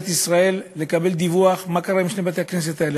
ישראל לקבל דיווח מה קרה עם שני בתי-הכנסת האלה.